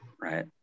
Right